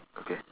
okay